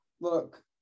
Look